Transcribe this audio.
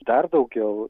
dar daugiau